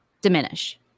diminish